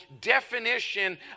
definition